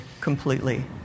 completely